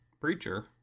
Preacher